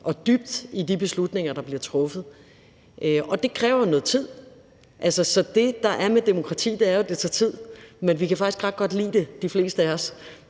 og dybt i de beslutninger, der bliver truffet. Og det kræver noget tid. Altså, det, der er med demokrati, er, at det jo tager tid, men de fleste af os